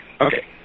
Okay